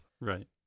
Right